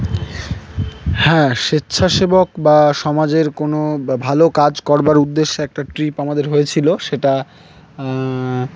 হ্যাঁ স্বেচ্ছাসেবক বা সমাজের কোনো বা ভালো কাজ করবার উদ্দেশ্যে একটা ট্রিপ আমাদের হয়েছিলো সেটা